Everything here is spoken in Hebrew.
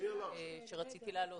שרציתי להעלות,